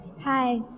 Hi